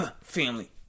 Family